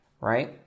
right